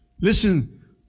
Listen